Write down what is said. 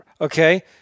Okay